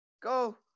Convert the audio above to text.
go